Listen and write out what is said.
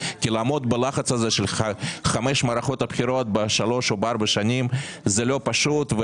לעמוד בלחץ זה של חמש מערכות בחירות בארבע שנים זה לא פשוט.